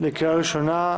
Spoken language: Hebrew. הראשונה: